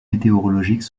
météorologiques